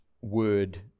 word